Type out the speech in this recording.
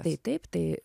tai taip tai